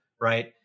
right